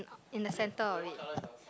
in the center of it